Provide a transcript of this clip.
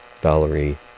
Valerie